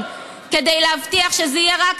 אדוני היושב-ראש.